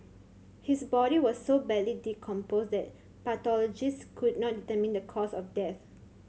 his body was so badly decomposed that pathologists could not determine the cause of death